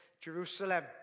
Jerusalem